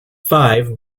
five